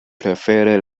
prefere